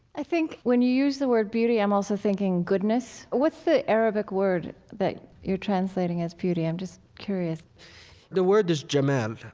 i think when you use the word beauty, i'm also thinking goodness. what's the arabic word that you're translating as beauty? i'm just curious the word is jamal.